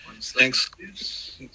Thanks